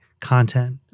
content